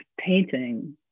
painting